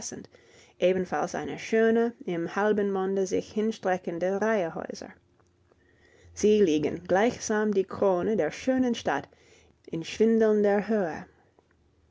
ebenfalls eine schöne im halben monde sich hinstreckende reihe häuser sie liegen gleichsam die krone der schönen stadt in schwindelnder höhe